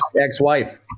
ex-wife